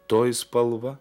toji spalva